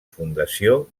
fundació